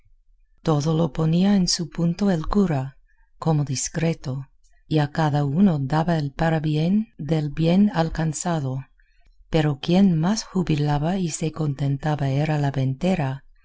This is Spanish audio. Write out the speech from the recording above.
todo lo ponía en su punto el cura como discreto y a cada uno daba el parabién del bien alcanzado pero quien más jubilaba y se contentaba era la ventera